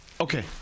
Okay